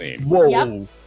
whoa